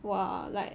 !wah! like